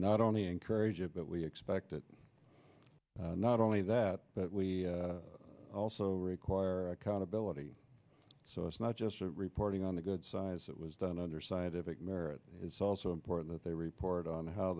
not only encourage it but we expect not only that but we also require accountability so it's not just reporting on the good side as it was done under scientific merit it's also important that they report on how